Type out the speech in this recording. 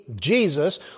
Jesus